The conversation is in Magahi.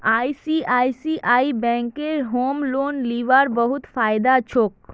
आई.सी.आई.सी.आई बैंकत होम लोन लीबार बहुत फायदा छोक